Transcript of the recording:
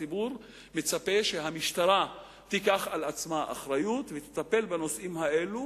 הציבור מצפה שהמשטרה תיקח על עצמה אחריות ותטפל בנושאים האלה,